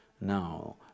now